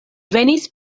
venis